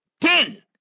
Ten